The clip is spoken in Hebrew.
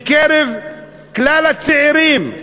בקרב כלל הצעירים,